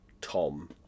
Tom